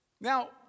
Now